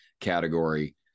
category